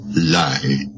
lie